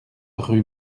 rue